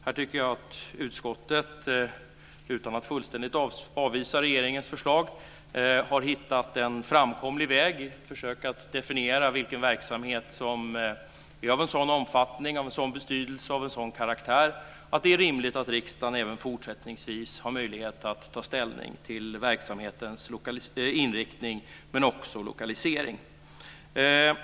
Jag tycker att utskottet utan att fullständigt avvisa regeringens förslag har hittat en framkomlig väg när det gäller att försöka definiera vilken verksamhet som har sådan omfattning, betydelse och karaktär att det är rimligt att riksdagen även fortsättningsvis har möjlighet att ta ställning till verksamhetens inriktning och lokalisering.